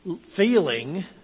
feeling